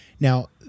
Now